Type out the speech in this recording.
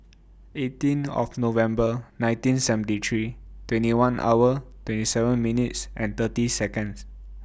eighteen of November nineteen seventy three twenty one hour twenty seven minutes and thirty Seconds